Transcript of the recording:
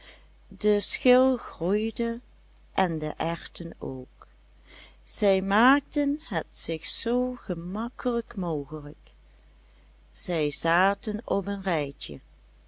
de schil groeide en de erwten ook zij maakten het zich zoo gemakkelijk mogelijk zij zaten op een rijtje